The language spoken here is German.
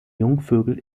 jungvögel